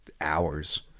hours